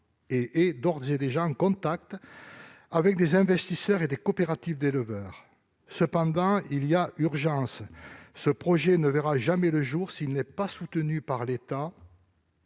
elle est d'ores et déjà en contact avec des investisseurs et des coopératives d'éleveurs. Néanmoins, monsieur le ministre, il y a urgence : ce projet ne verra jamais le jour s'il n'est pas soutenu par l'État